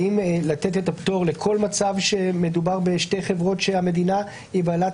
האם לתת את הפטור לכל מצב כאשר מדובר בשתי חברות שהמדינה היא בעלת